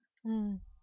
mm